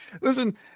Listen